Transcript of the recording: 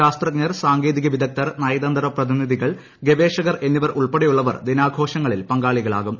ശാസ്ത്രജ്ഞർ സാങ്കേതിക വിദഗ്ദ്ധർ നയതന്ത്ര പ്രതിനിധികൾ ഗവേഷകർ എന്നിവർ ഉൾപ്പെടെയുള്ളവർ ദിനാഘോഷങ്ങളിൽ പങ്കാളികളാവും